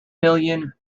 million